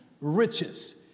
riches